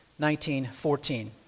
1914